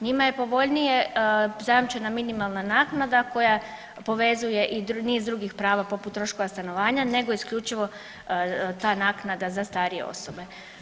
Njima je povoljnija zajamčena minimalna naknada koja povezuje i niz drugih prava poput troškova stanovanja nego isključivo ta naknada za starije osobe.